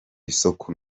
isoko